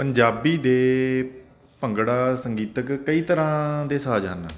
ਪੰਜਾਬੀ ਦੇ ਭੰਗੜਾ ਸੰਗੀਤਕ ਕਈ ਤਰ੍ਹਾਂ ਦੇ ਸਾਜ਼ ਹਨ